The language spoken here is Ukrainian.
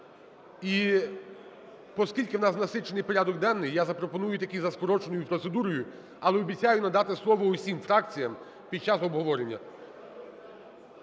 і поскільки в нас насичений порядок денний, я запропоную таки за скороченою процедурою, але обіцяю надати слово всім фракціям під час обговорення.